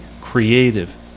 creative